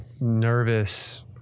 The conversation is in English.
nervous